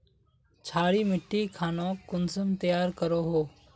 क्षारी मिट्टी खानोक कुंसम तैयार करोहो?